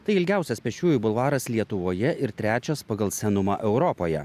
tai ilgiausias pėsčiųjų bulvaras lietuvoje ir trečias pagal senumą europoje